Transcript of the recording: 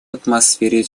атмосфере